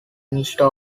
minister